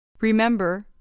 Remember